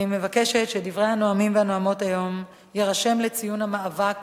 אני מבקשת שדברי הנואמים והנואמות היום יירשמו לציון המאבק